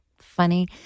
funny